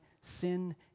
sin